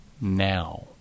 now